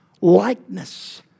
likeness